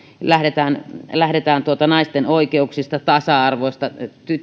lähdetään lähdetään naisten oikeuksista tasa arvosta